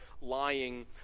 lying